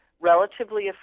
relatively